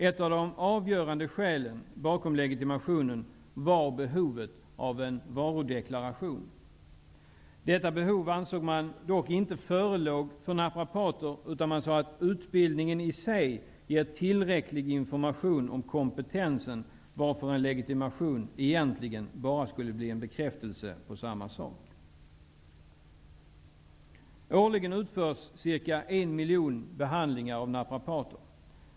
Ett av de avgörande skälen till legitimationen var behovet av en varudeklaration. Detta behov ansåg man dock inte föreligga för naprapater. I stället sade man att ''utbildningen i sig ger tillräcklig information om kompetensen, varför en legitimation egentligen bara skulle bli en bekräftelse på samma sak''. Årligen utförs ca 1 miljon behandlingar av naprapater.